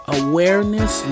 awareness